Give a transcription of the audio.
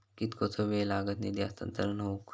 कितकोसो वेळ लागत निधी हस्तांतरण हौक?